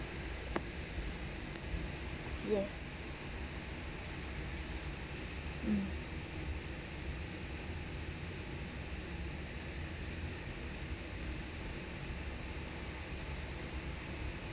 yes mm